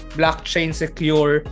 blockchain-secure